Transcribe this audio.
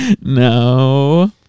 No